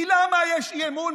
כי למה יש אי-אמון?